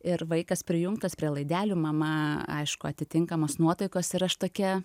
ir vaikas prijungtas prie laidelių mama aišku atitinkamos nuotaikos ir aš tokia